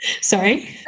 Sorry